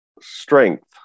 strength